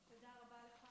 תודה רבה לך,